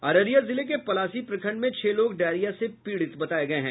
अररिया जिले के पलासी प्रखंड में छह लोग डायरिया से पीड़ित हैं